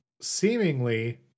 seemingly